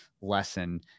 lesson